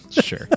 Sure